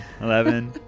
Eleven